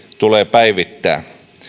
tulee päivittää